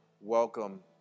Welcome